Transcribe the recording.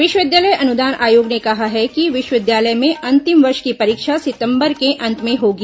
विश्वविद्यालय अनुदान आयोग ने कहा है कि विश्वविद्यालयों में अंतिम वर्ष की परीक्षा सितम्बर के अंत में होगी